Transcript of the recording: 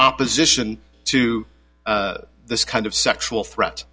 opposition to this kind of sexual threat